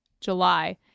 July